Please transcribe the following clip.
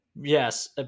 Yes